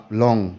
long